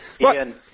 Ian